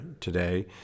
today